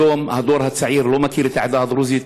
היום הדור הצעיר לא מכיר את העדה הדרוזית,